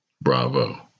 Bravo